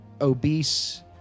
obese